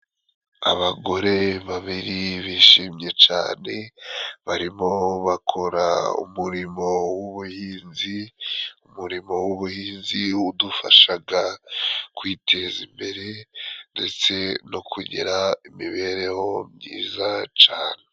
Abagore babiri bishimye cane barimo bakora umurimo w'ubuhinzi, umurimo w'ubuhinzi udufashaga kwiteza imbere ndetse no kugira imibereho myiza cane.